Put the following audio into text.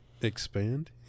Expand